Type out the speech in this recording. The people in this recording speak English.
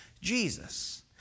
Jesus